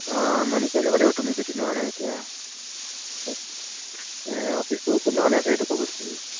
অঁ মই তুমি যদি নোৱাৰা এতিয়া অফিচটো কোনো আছে এইটো ক'বচোন